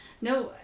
no